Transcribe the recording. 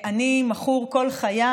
אני מכור כל חיי,